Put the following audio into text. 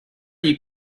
you